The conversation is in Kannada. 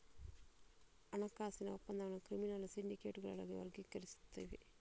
ಹಣಕಾಸಿನ ಒಪ್ಪಂದಗಳನ್ನು ಕ್ರಿಮಿನಲ್ ಸಿಂಡಿಕೇಟುಗಳಾಗಿ ವರ್ಗೀಕರಿಸುತ್ತವೆ